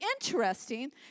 interesting